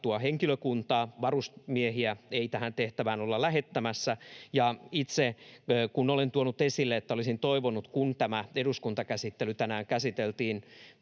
henkilökuntaa. Varusmiehiä ei tähän tehtävään olla lähettämässä. Itse olen tuonut esille, että olisin toivonut, että kun tämä eduskuntakäsittely tänään päätettiin